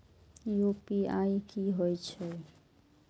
UPI की होई छै?